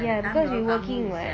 ya because we working what